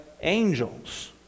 angels